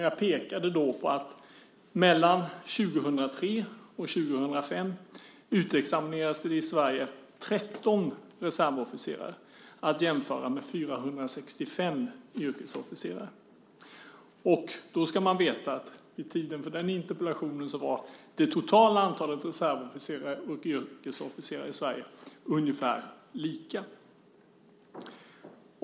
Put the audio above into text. Jag pekade då på att mellan 2003 och 2005 utexaminerades det i Sverige 13 reservofficerare, att jämföra med 465 yrkesofficerare. Då ska man veta att vid tiden för den interpellationen var det totala antalet reservofficerare och yrkesofficerare i Sverige ungefär lika.